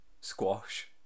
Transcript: squash